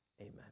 Amen